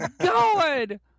God